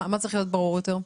מה צריך להיות ברור יותר?